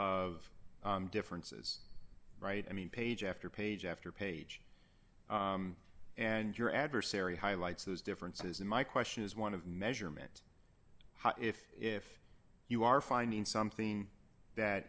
of differences right i mean page after page after page and your adversary highlights those differences and my question is one of measurement how if if you are finding something that